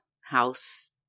house